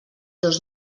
dos